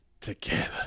together